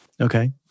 okay